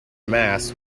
mass